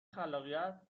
خلاقیت